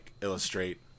illustrate